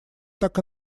так